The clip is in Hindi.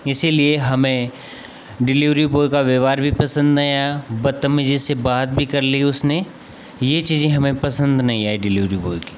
इसीलिए हमें डिलीवरी बॉय का व्यवहार भी पसंद नहीं आया बदतमीज़ी से बात भी कर ली उसने ये चीज़ें हमे पसंद नहीं आई डिलीवरी बॉय की